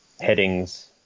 headings